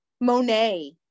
Monet